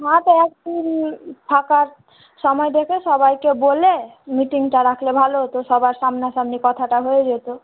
হ্যাঁ তো এক দিন ফাঁকার সমায় দেখে সবাইকে বলে মিটিংটা রাখলে ভালো হতো সবার সামনা সামনি কথাটা হয়ে যেতো